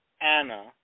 Anna